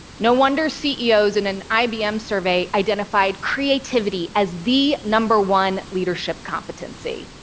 no wonder ceos in an ibm survey identified creativity as the number one leadership competency.